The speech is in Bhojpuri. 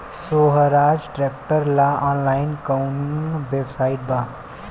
सोहराज ट्रैक्टर ला ऑनलाइन कोउन वेबसाइट बा?